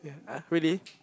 really